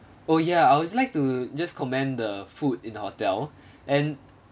oh ya I would like to just comment the food in the hotel and